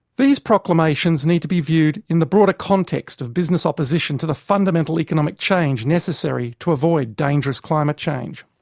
these proclamations need to be viewed in the broader context of business opposition to the fundamental economic change necessary to avoid dangerous climate change.